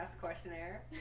questionnaire